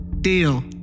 deal